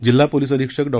जिल्हा पोलीस अधीक्षक डॉ